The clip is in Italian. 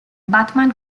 batman